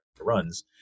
runs